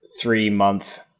three-month